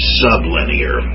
sublinear